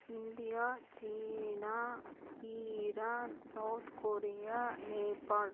India சீனா Iran South Korea Nepal